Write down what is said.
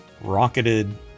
rocketed